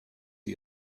for